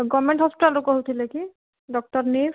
government ହସ୍ପିଟାଲ୍ରୁ କହୁଥିଲେ କି ଡ଼କ୍ଟର ନିଶ୍